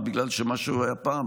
בגלל מה שהוא היה פעם,